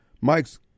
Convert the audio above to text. Mike's